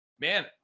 Man